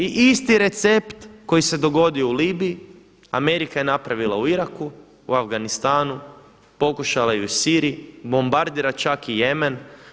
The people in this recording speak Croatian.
I isti recept koji se dogodio u Libiji, Amerika je napravila u Iraku, u Afganistanu, pokušala je i u Siriji, bombardira čak i Jemen.